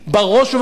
בראש ובראשונה,